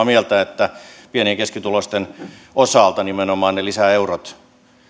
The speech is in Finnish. mieltä että nimenomaan pieni ja keskituloisten osalta ne lisäeurot